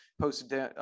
posted